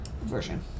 version